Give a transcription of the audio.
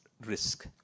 risk